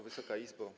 Wysoka Izbo!